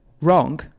wrong